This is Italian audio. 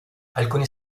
alcuni